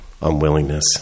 unwillingness